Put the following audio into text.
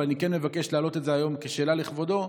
אבל אני כן מבקש להעלות את זה היום כשאלה לכבודו.